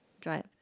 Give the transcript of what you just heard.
drive 。